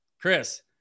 Chris